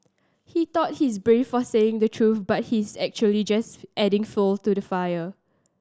he thought he's brave for saying the truth but he's actually just adding fuel to the fire